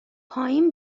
پایین